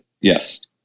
Yes